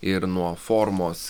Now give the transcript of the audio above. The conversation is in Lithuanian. ir nuo formos